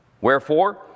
Wherefore